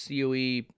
COE